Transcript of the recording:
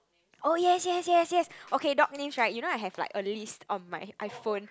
oh yes yes yes yes okay dog names right you know I have like a list on my iPhone